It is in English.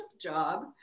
job